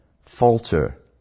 falter